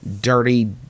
Dirty